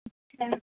اچھا